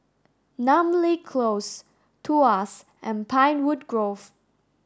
Namly Close Tuas and Pinewood Grove